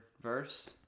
verse